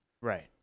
Right